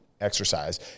exercise